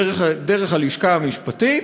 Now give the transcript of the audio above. דרך הלשכה המשפטית.